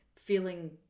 feeling